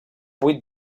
vuit